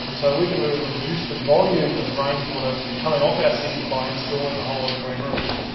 and so we can really reduce the volume of rainwater coming off our cities by installing a whole lot of green roofs.